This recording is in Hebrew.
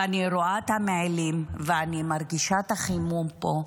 אני רואה את המעילים ואני מרגישה את החימום פה,